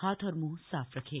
हाथ और मुंह साफ रखें